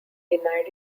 denied